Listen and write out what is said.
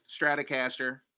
Stratocaster